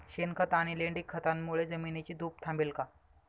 शेणखत आणि लेंडी खतांमुळे जमिनीची धूप थांबेल का?